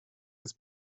his